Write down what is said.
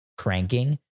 cranking